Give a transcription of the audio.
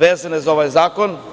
vezane za ovaj zakon.